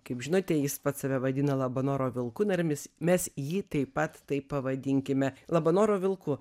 kaip žinote jis pats save vadina labanoro vilku na ir mes jį mes jį taip pat tai pavadinkime labanoro vilku